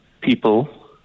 people